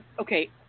okay